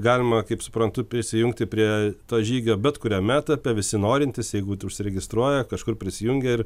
galima kaip suprantu prisijungti prie to žygio bet kuriame etape visi norintys jeigu užsiregistruoja kažkur prisijungia ir